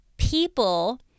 People